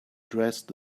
dressed